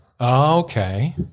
Okay